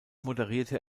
moderierte